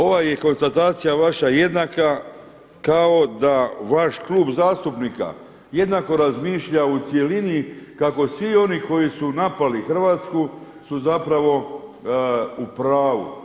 Ova je konstatacija vaša jedna kakao da vaš klub zastupnika jednako razmišlja u cjelini kako svi oni koji su napali Hrvatsku su zapravo u pravu.